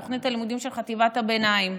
את תוכנית הלימודים של חטיבת הביניים,